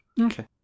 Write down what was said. Okay